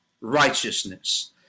righteousness